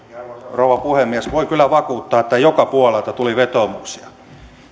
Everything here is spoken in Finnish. rouva puhemies voin kyllä vakuuttaa että joka puolelta tuli vetoomuksia